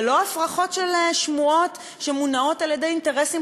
ולא הפרחת שמועות שמונעות על-ידי אינטרסים